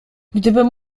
gdybym